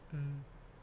mm